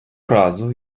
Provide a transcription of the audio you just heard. разу